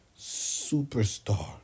superstar